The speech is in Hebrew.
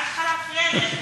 מה יש לך להפריע לי?